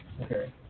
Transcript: Okay